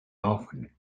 often